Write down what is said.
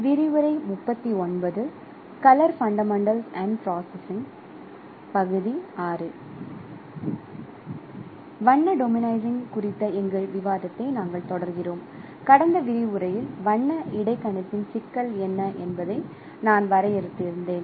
வண்ண டெமோசைசிங் குறித்த எங்கள் விவாதத்தை நாங்கள் தொடர்கிறோம் கடந்த விரிவுரையில் வண்ண இடைக்கணிப்பின் சிக்கல் என்ன என்பதை நான் வரையறுத்து இருந்தேன்